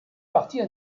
parties